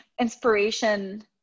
inspiration